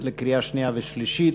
לקריאה שנייה ושלישית.